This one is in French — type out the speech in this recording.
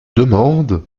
demande